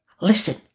Listen